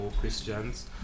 Christians